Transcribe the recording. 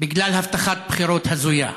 בגלל הבטחת בחירות הזויה.